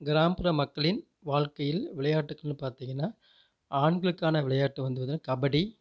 கிராமப்புற மக்களின் வாழ்க்கையில் விளையாட்டுக்குனு பார்த்திங்கனா ஆண்களுக்கான விளையாட்டு வந்து இது கபடி